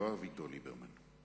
לא אביגדור ליברמן,